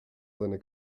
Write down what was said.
seiner